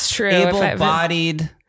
able-bodied